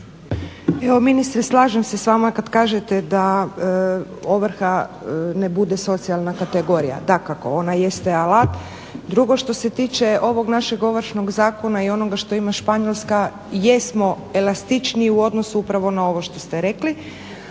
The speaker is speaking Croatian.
ministre slažem se s vama kad kažete da ovrha ne bude socijalna kategorija. Dakako, ona jeste alat. Drugo, što se tiče ovog našeg Ovršnog zakona i onoga što ima Španjolska jesmo elastičniji u odnosu upravo na ovo što ste rekli.